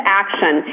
action